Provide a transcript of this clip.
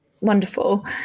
wonderful